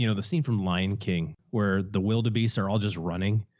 you know the scene from lion king where the willdabeast are all just running.